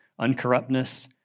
uncorruptness